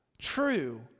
true